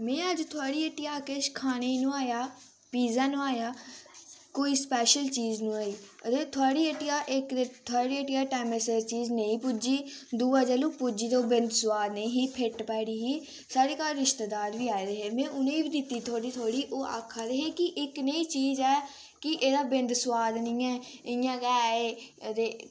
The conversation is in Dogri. में अज्ज थोआढ़ी हट्टिया किश खाने गी नोआएआ पिज्जा नोएआ कोई स्पैशल चीज नोआई अदें थोआढ़ी हट्टिया थुआढ़ी हट्टिया इक ते टैमे सिर चीज नेईं पुज्जी दूआ जैलु पुज्जी ते ओह् बिंद सोआद नि ही फेट्ट भैड़ी ही साढ़े घर रिश्तेदार बी आए दे हे में उ'नें बी दित्ती थोह्ड़ी थोह्ड़ी ओह् आक्खा दे हे कि एह् कनेही चीज ऐ कि एह्दा बिंद सोआद नी ऐ इ'यां गै ऐ एह् अदें